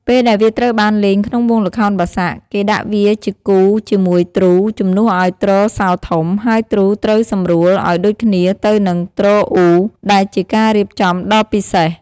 ពេលដែលវាត្រូវបានលេងក្នុងវង់ល្ខោនបាសាក់ គេដាក់វាជាគូជាមួយទ្រូ ជំនួសឱ្យទ្រសោធំ ហើយទ្រូត្រូវសម្រួលឱ្យដូចគ្នាទៅនឹងទ្រអ៊ូ ដែលជាការរៀបចំដ៏ពិសេស។